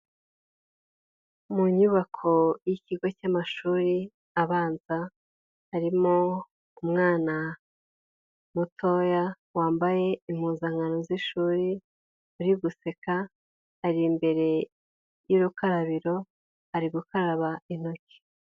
Mu nyubako y'ikigo cy'amashuri abanza harimo umwana mutoya wambaye impuzankano z'ishuri uri guseka, ari imbere y'urukarabiro ari gukaraba intoki.